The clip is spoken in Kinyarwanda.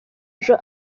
ejo